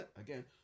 Again